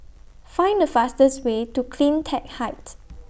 Find The fastest Way to CleanTech Height